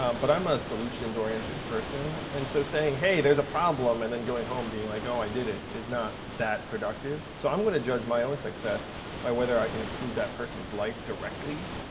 um but i'm a solutions-oriented person. and so saying, hey, there's a problem and then going home, being like, oh, i did, it is not that productive. so i'm going to judge my own success by whether i can improve that person's life directly,